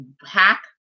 hack